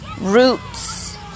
roots